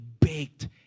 baked